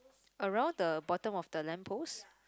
around the bottom of the lamp post